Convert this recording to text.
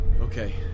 Okay